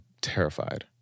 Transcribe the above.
terrified